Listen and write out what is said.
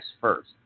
first